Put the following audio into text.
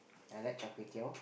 I like char-kway-teow